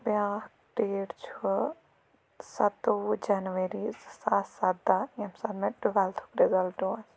بیٛاکھ ڈیٹ چھُ سَتووُہ جَنؤری زٕ ساس سَداہ ییٚمہِ ساتہٕ مےٚ ٹُویٚلتھُک رِزَلٹہٕ اوس